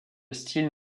style